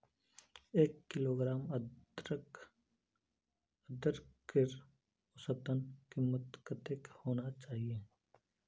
एक किलोग्राम अदरकेर औसतन कीमत कतेक होना चही?